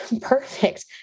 perfect